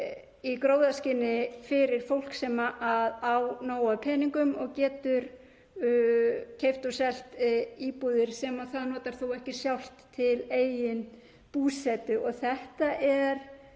í gróðaskyni fyrir fólk sem á nóg af peningum og getur keypt og selt íbúðir sem það notar þó ekki sjálft til eigin búsetu. Þetta er